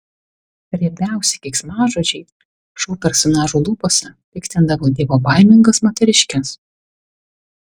riebiausi keiksmažodžiai šou personažų lūpose piktindavo dievobaimingas moteriškes